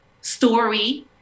story